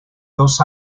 dos